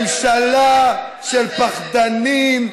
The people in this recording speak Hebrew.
ממשלה של פחדנים,